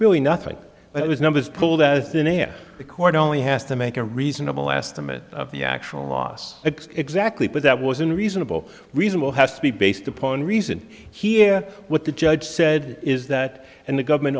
really nothing it was numbers pull that thin air the court only has to make a reasonable estimate of the actual loss exactly but that was in a reasonable reasonable has to be based upon reason here what the judge said is that and the government